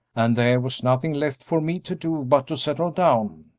and there was nothing left for me to do but to settle down.